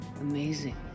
Amazing